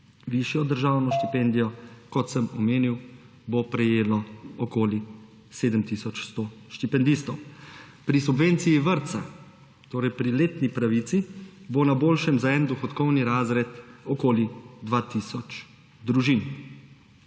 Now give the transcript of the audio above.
Višjo državno štipendijo, kot sem omenil, bo prejelo okoli 7 tisoč 100 štipendistov. Pri subvenciji vrtca, torej pri letni pravici, bo na boljšem za eden dohodkovni razred okoli 2 tisoč družin.